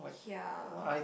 ya